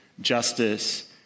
justice